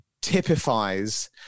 typifies